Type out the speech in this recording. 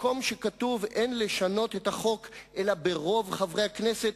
במקום שכתוב: "אין לשנות את החוק אלא ברוב חברי הכנסת",